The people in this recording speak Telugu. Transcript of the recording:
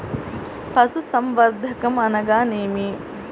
పశుసంవర్ధకం అనగానేమి?